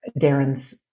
Darren's